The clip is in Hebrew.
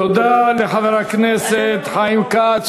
תודה לחבר הכנסת חיים כץ,